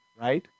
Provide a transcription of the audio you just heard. right